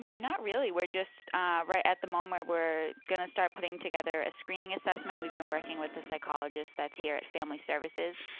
not really. we're just at the moment, we're going to start putting together a screening assessment. we've been working with the psychologist that's here at family services,